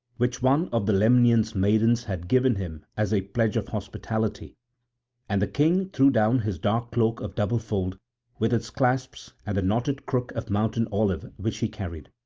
which one of the lemnian maidens had given him as a pledge of hospitality and the king threw down his dark cloak of double fold with its clasps and the knotted crook of mountain olive which he carried.